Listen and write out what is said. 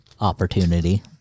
opportunity